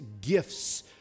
gifts